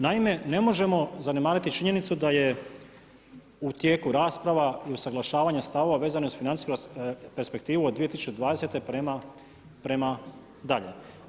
Naime ne možemo zanemariti činjenicu da je u tijeku rasprava i usaglašavanje stavova vezane uz financijsku perspektivu od 2020. prema dalje.